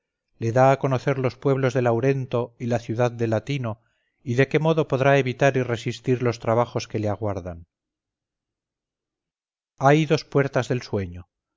le da a conocer los pueblos de laurento y la ciudad de latino y de qué modo podrá evitar y resistir los trabajos que le aguardan hay dos puertas del sueño